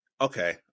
Okay